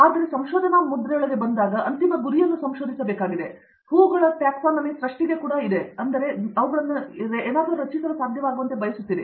ಅವರು ಸಂಶೋಧನಾ ಮುದ್ರೆಯೊಳಗೆ ಬಂದಾಗ ಅವರು ಅಂತಿಮ ಗುರಿಯನ್ನು ಸಂಶೋಧಿಸಬೇಕಾಗಿದೆ ಮತ್ತು ಹೂವುಗಳ ಟ್ಯಾಕ್ಸಾನಮಿ ಸೃಷ್ಟಿಗೆ ಕೂಡಾ ಇದೆ ಆದ್ದರಿಂದ ನೀವು ಅವುಗಳನ್ನು ಏನಾದರೂ ರಚಿಸಲು ಸಾಧ್ಯವಾಗುವಂತೆ ಬಯಸುತ್ತೀರಿ